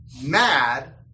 mad